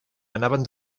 anaven